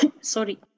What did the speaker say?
Sorry